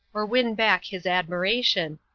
or win back his admiration,